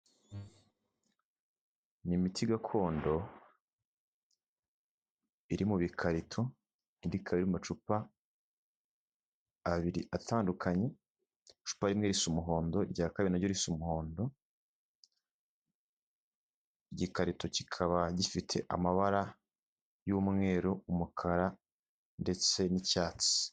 Ni imiti gakondo iri mu bikarito indi ikaba iri mu macupa abiri atandukanye, icupa rimwe risa umuhondo, irya kabiri naryo risa umuhondo, igikarito kiba gifite amabara y'umweru, umukara, ndetse n'icyatsi.